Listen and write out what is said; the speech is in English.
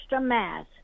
Mass